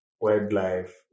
wildlife